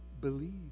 believe